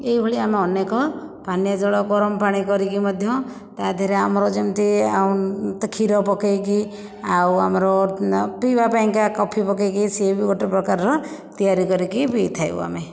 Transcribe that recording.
ଏଇ ଭଳିଆ ଆମେ ଅନେକ ପାନୀୟ ଜଳ ଗରମ ପାଣି କରିକି ମଧ୍ୟ ତାଦେହରେ ଆମର ଯେମିତି ଆଉ ତ କ୍ଷୀର ପକେଇକି ଆଉ ଆମର ପିଇବା ପାଇଁକା କଫି ପକେଇକି ସିଏ ବି ଗୋଟିଏ ପ୍ରକାରର ତିଆରି କରିକି ପିଇଥାଉ ଆମେ